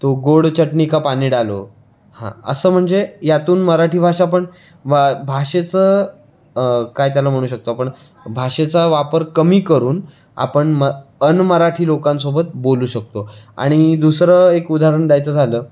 तो गोड चटनी का पानी डालो हां असं म्हणजे यातून मराठी भाषा पण भाषेचं काय त्याला म्हणू शकतो आपण भाषेचा वापर कमी करून आपण म् अनमराठी लोकांसोबत बोलू शकतो आणि दुसरं एक उदाहरण द्यायचं झालं